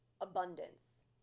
abundance